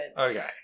Okay